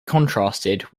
contrasted